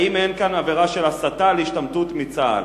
האם אין כאן עבירה של הסתה להשתמטות מצה"ל.